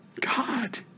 God